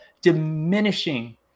diminishing